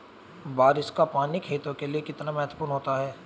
बारिश का पानी खेतों के लिये कितना महत्वपूर्ण होता है?